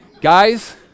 Guys